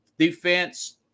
Defense